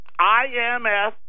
IMF